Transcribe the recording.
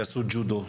שיעשו ג'ודו,